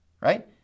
right